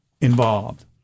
involved